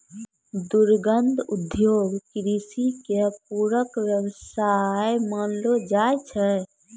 दुग्ध उद्योग कृषि के पूरक व्यवसाय मानलो जाय छै